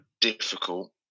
difficult